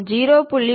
0